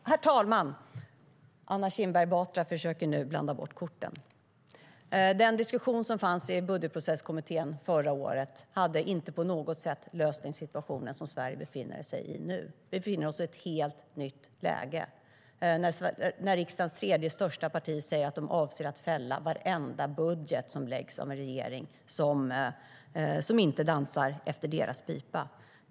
Herr talman! Anna Kinberg Batra försöker nu blanda bort korten. Den diskussion som fanns i Budgetprocesskommittén förra året hade inte på något sätt löst den situation som Sverige nu befinner sig i. Vi befinner oss i ett helt nytt läge när riksdagens tredje största parti säger att de avser att fälla varenda budget som läggs fram av en regering som inte dansar efter deras pipa.